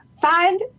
Find